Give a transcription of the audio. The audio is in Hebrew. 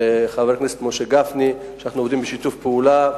לחבר הכנסת משה גפני, אנחנו עובדים בשיתוף פעולה,